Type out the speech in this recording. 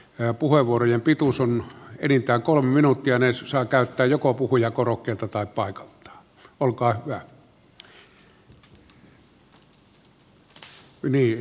eu puheenvuorojen pituus on enintään kolme minuuttia niin se saa käyttää joko puhujakorokkeelta tai tämä on ryhmäpuheenvuoromme